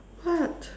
what